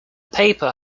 paper